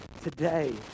today